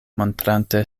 montrante